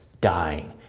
dying